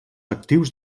actius